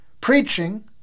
Preaching